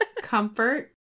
Comfort